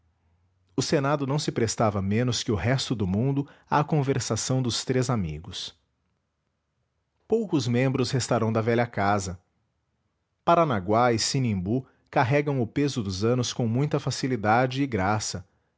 o senado não se prestava menos que o resto do mundo à conversação dos três amigos poucos membros restarão da velha casa paranaguá e sinimbu carregam o peso dos anos com muita facilidade e graça